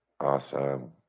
awesome